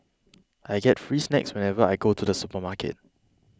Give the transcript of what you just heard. I get free snacks whenever I go to the supermarket